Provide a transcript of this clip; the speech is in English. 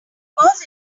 course